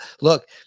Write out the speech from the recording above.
look